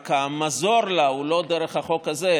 רק המזור לה הוא לא דרך החוק הזה,